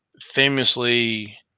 famously